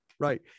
Right